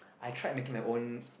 I tried making my own